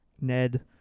Ned